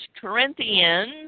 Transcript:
Corinthians